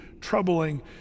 troubling